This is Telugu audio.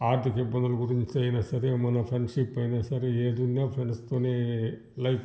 ఆర్థిక ఇబ్బందుల గురించి అయినా సరే మన ఫ్రెండ్షిప్ అయినా సరే ఏదున్నా ఫ్రెండ్స్ తోనే లైఫ్